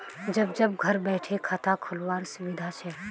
जब जब घर बैठे खाता खोल वार सुविधा छे